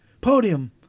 Podium